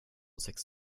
sex